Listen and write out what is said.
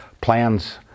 plans